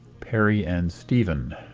perry and stephen.